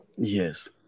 Yes